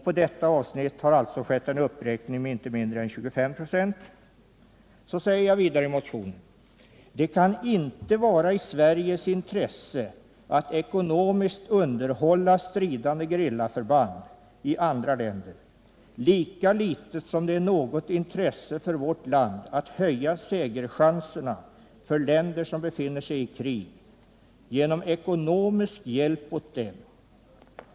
På detta avsnitt har alltså skett en uppräkning med inte mindre än 25 96.” Vidare säger jag i motionen: ”Det kan inte vara i Sveriges intresse att ekonomiskt underhålla stridande gerillaförband i andra länder, lika litet som det är av något intresse för vårt land att höja segerchanserna för länder som befinner sig i krig genom ekonomisk hjälp åt dem.